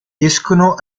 escono